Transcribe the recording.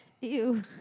Ew